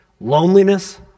Loneliness